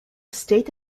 state